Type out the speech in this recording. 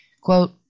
Quote